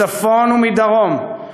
מצפון ומדרום,